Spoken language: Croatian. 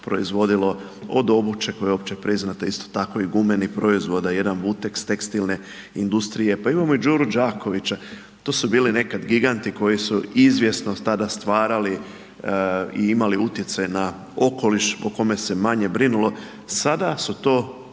proizvodilo od obuće koja je opće priznata, isto tako i gumenih proizvoda, jedan Vuteks tekstilne industrije, pa imamo i Đuru Đakovića. To su bili nekad giganti koji su izvjesno tada stvarali i imali utjecaj na okoliš o kome se manje brinulo, sada su to